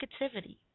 negativity